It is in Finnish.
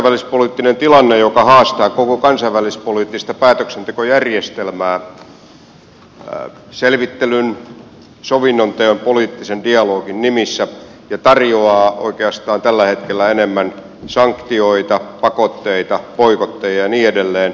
tämä kansainvälispoliittinen tilanne joka haastaa koko kansainvälispoliittista päätöksentekojärjestelmää selvittelyn sovinnonteon poliittisen dialogin nimissä tarjoaa oikeastaan tällä hetkellä enemmän sanktioita pakotteita boikotteja ja niin edelleen